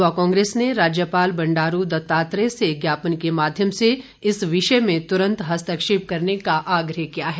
युवा कांग्रेस ने राज्यपाल बंडारू दत्तात्रेय से ज्ञापन के माध्यम से इस विषय में तुरंत हस्तक्षेप करने का आग्रह किया है